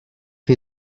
chi